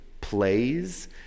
plays